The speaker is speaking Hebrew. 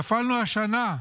נפלנו השנה,